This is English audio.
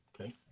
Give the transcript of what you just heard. Okay